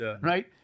Right